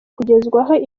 kugezwaho